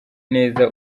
neza